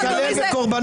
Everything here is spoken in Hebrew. מזל, הייתה לו מצלמת גוף.